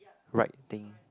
right thing